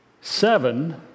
seven